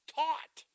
taught